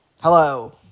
Hello